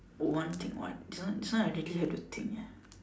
one thing what this one this one I really have to think eh